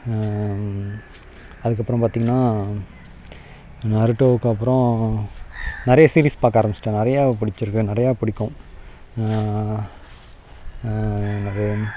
அதுக்கப்பறம் பார்த்திங்கன்னா நருட்டோவுக்கு அப்பறம் நிறைய சீரீஸ் பார்க்க ஆரம்பிச்சிட்டேன் நிறையா பிடிச்சிருக்கு நிறையா பிடிக்கும் அது